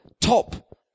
Top